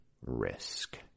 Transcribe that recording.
risk